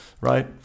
right